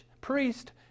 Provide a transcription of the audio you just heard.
priest